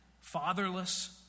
fatherless